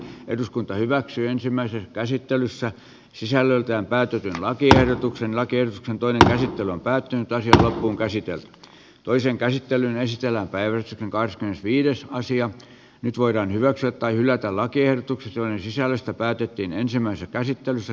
eduskunta hyväksyi ensimmäisen käsittelyssä sisällöltään päätyttyä lakiehdotuksen rakennuskantoineen esittävämpää tyyntä sillä on käsitellyt toisen käsittelyn estellä päivä on viides sija nyt voidaan hyväksyä tai hylätä lakiehdotukset joiden sisällöstä päätettiin ensimmäisessä käsittelyssä